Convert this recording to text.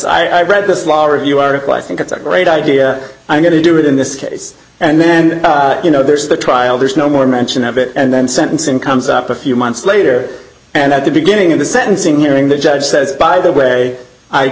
i read this law review article i think it's a great idea i'm going to do it in this case and then you know there's the trial there's no more mention of it and then sentencing comes up a few months later and at the beginning of the sentencing hearing the judge says by the way i